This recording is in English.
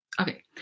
Okay